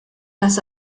das